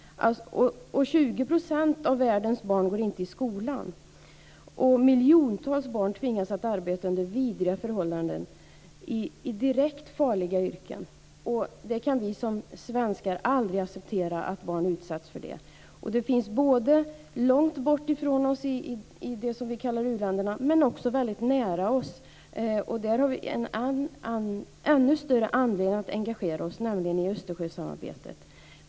20 % av världens barn går inte i skolan, och miljontals barn tvingas att arbeta under vidriga förhållanden i direkt farliga yrken. Vi som svenskar kan aldrig acceptera att barn utsätts för detta. Det finns både långt bort ifrån oss, i det vi kallar u-länderna, men också väldigt nära oss. Där har vi än större anledning att engagera oss, alltså i Östersjösamarbetet.